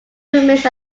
remains